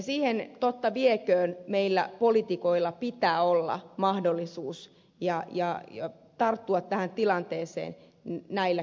totta vieköön meillä poliitikoilla pitää olla mahdollisuus tarttua tähän tilanteeseen näillä keinoin